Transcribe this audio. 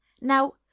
Now